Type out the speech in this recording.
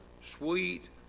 sweet